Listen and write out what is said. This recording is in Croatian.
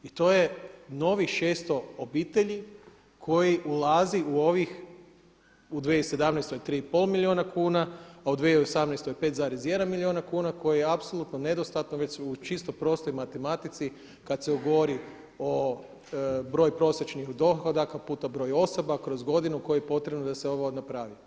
I to je novih 600 obitelji koji ulazi u ovih u 2017. 3,5 milijuna kuna, a u 2018. 5,1 milijun kuna koji je apsolutno nedostatno već u čisto prostoj matematici kad se govori broj prosječnih dohodaka puta broj osoba kroz godinu koji je potrebno da se ovo napravi.